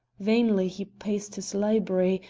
vainly he paced his library,